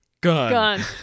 Gun